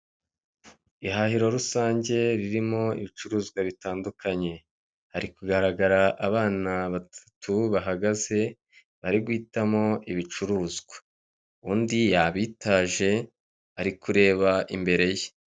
Umuhanda w'umukara wa kaburimbo urimo ibyerekezo bibiri bitandukanye ndetse ukaba ufite n'imirongo ugiye ushushanyijemo hari umurongo w'umweru urombereje uri k'uruhande ndetse n'iyindi iri hagati icagaguwe irimo ibara ry'umuhondo ikaba ifite n'amatara amurika mu gihe cy'ijoro ndetse na kamera zishinzwe umutekano wo mu muhanda.